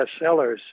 bestsellers